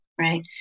right